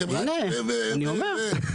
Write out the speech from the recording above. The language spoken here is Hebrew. הנה, אני אומר.